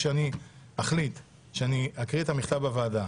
כשאני אחליט שאני אקריא את המכתב בוועדה